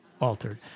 altered